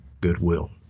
goodwill